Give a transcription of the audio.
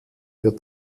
für